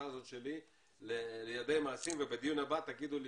הזאת שלי לידי מעשים ובדיון הבא תגידו לי